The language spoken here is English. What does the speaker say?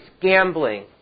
gambling